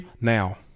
now